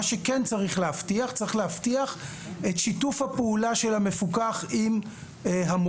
מה שכן צריך להבטיח זה את שיתוף הפעולה של המפוקח עם המוקדנים.